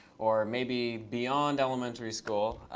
or maybe beyond elementary school.